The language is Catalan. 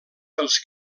els